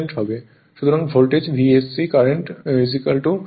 সুতরাং voltage Vsc current Isc হবে